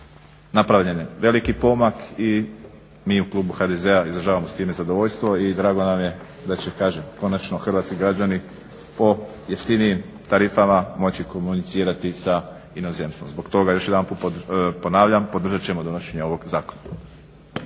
napravljen je veliki pomak i mi u klubu HDZ-a izražavamo s time zadovoljstvo i drago nam je da će kažem konačno hrvatski građani po jeftinijim tarifama moći komunicirati sa inozemstvom. Zbog toga još jedanput ponavljam podržat ćemo donošenje ovog zakona.